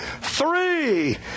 three